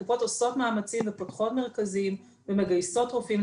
קופות החולים עושות מאמצים ופותחות מרכזים ומגייסות רופאים.